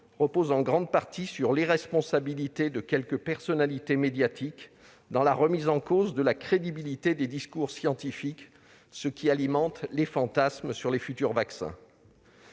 repose en grande partie sur l'irresponsabilité dont quelques personnalités médiatiques ont fait montre en remettant en cause la crédibilité des discours scientifiques, ce qui alimente les fantasmes sur les futurs vaccins.